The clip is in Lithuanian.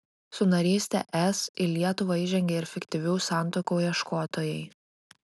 su naryste es į lietuvą įžengė ir fiktyvių santuokų ieškotojai